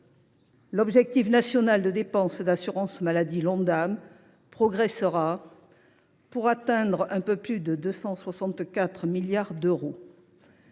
L’objectif national de dépenses d’assurance maladie (Ondam) progressera, pour atteindre un peu plus de 264 milliards d’euros.